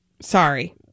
Sorry